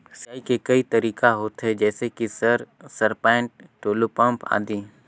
सिंचाई के कई तरीका होथे? जैसे कि सर सरपैट, टुलु पंप, आदि?